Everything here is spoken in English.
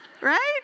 Right